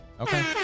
Okay